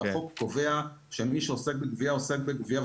והחוק קובע שמי שעוסק בגבייה עוסק בגבייה.